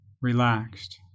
relaxed